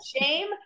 shame